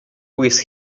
with